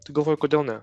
tai galvoju kodėl ne